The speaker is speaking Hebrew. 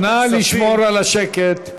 נא לשמור על השקט.